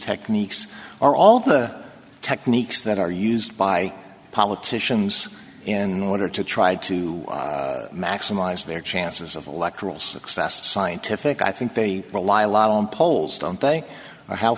techniques are all the techniques that are used by politicians in order to try to maximize their chances of electoral success scientific i think they rely a lot on polls don't they are how